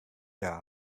yards